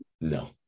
No